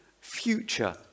future